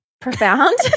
Profound